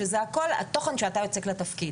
שזה הכל התוכן שאתה יוצק לתפקיד.